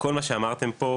כל מה שאמרתם פה,